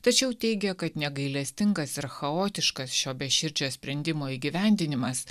tačiau teigia kad negailestingas ir chaotiškas šio beširdžio sprendimo įgyvendinimas